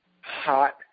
hot